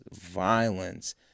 violence